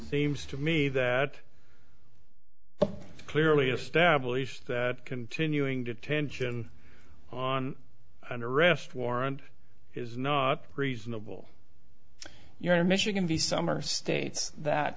seems to me that clearly establish that continuing detention on an arrest warrant is not reasonable you're in michigan the summer states that